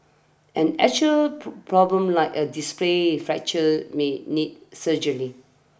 an actual problem like a displaced fracture may need surgery